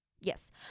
Yes